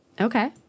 Okay